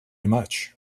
much